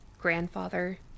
grandfather